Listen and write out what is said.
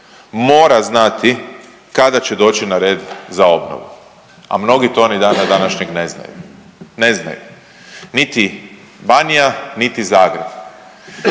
mora znati kada će doći na red za obnovu, a mnogi to ni dana današnjeg ne znaju, ne znaju, niti Banija, niti Zagreb,